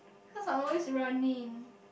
cause I am always running